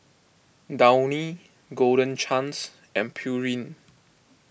Downy Golden Chance and Pureen